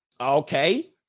okay